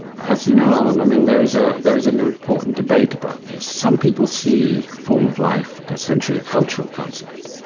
as you know alan, i mean, there is ah there is an important debate about this. some people see form of life as essentially a cultural concept.